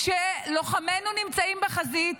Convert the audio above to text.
כשלוחמינו נמצאים בחזית,